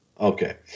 Okay